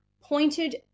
pointed